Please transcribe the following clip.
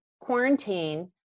quarantine